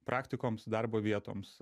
praktikoms darbo vietoms